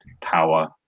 power